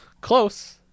Close